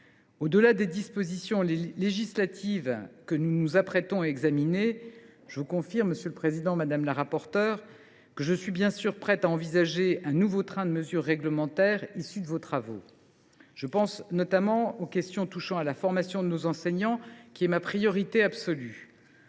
Au delà des dispositions législatives que nous nous apprêtons à examiner, je suis prête, monsieur Lafon, madame la rapporteure, à envisager un nouveau train de mesures réglementaires issues de vos travaux. Je pense notamment aux questions touchant à la formation de nos enseignants, ma priorité absolue.